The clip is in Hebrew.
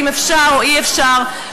האם אפשר או אי-אפשר,